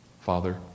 Father